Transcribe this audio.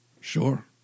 Sure